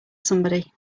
somebody